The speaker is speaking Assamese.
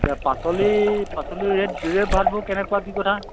এতিয়া পাচলি পাচলি ৰেট ৰেট ভাওবোৰ কেনেকুৱা কি কথা